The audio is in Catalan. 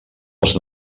als